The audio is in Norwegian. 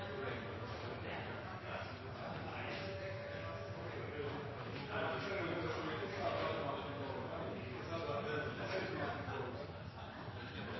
tror jeg